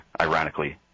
ironically